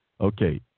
okay